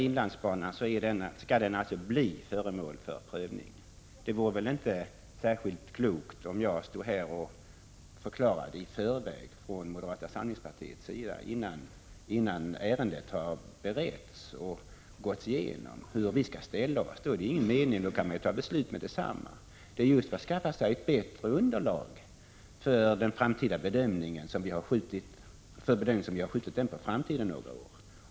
Inlandsbanan skall alltså bli föremål för prövning. Det vore väl inte särskilt klokt om jag från moderata samlingspartiet i förväg, innan ärendet har beretts, förklarade hur vi skall ställa oss. Då är det ingen mening att pröva utan då kan man fatta beslut med detsamma. Det är just för att skaffa sig ett bättre underlag för den framtida bedömningen som vi har skjutit den frågan på framtiden några år.